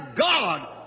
God